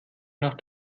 nach